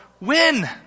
win